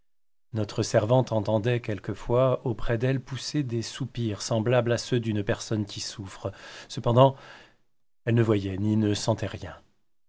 notre servante entendait quelquefois auprès d'elle pousser des soupirs semblables à ceux d'une personne qui souffre cependant elle ne voyait ni ne sentait rien